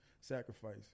sacrifice